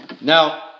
Now